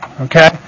okay